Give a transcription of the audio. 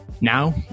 Now